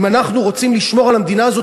אם אנחנו רוצים לשמור על המדינה הזאת